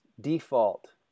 default